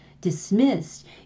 dismissed